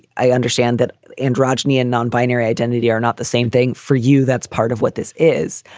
i understand that androgyny and non-binary identity are not the same thing for you. that's part of what this is,